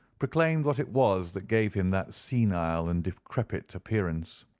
proclaimed what it was that gave him that senile and decrepit appearance.